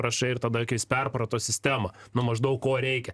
rašai ir tada kai jis perprato sistemą nu maždaug ko reikia